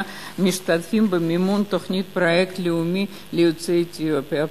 משתתפים במימון תכנון פרויקט לאומי ליוצאי אתיופיה.